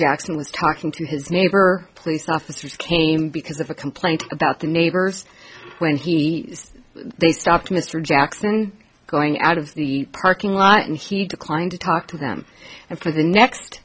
jackson was talking to his neighbor police officers came in because of a complaint about the neighbors when he they stopped mr jackson going out of the parking lot and he declined to talk to them and for the next